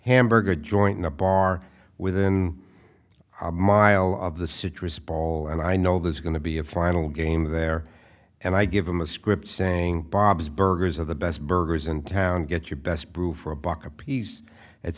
hamburger joint in a bar within a mile of the citrus ball and i know there's going to be a final game there and i give him a script saying bob's burgers are the best burgers in town get your best brew for a buck apiece